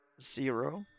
zero